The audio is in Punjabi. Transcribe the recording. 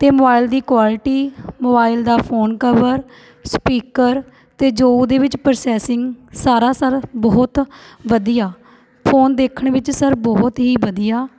ਅਤੇ ਮੋਬਾਈਲ ਦੀ ਕੁਆਲਿਟੀ ਮੋਬਾਇਲ ਦਾ ਫ਼ੋਨ ਕਵਰ ਸਪੀਕਰ ਅਤੇ ਜੋ ਉਹਦੇ ਵਿੱਚ ਪ੍ਰੋਸੈਸਿੰਗ ਸਾਰਾ ਸਰ ਬਹੁਤ ਵਧੀਆ ਫ਼ੋਨ ਦੇਖਣ ਵਿੱਚ ਸਰ ਬਹੁਤ ਹੀ ਵਧੀਆ